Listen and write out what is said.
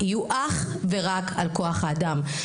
יהיו אך ורק על כוח האדם,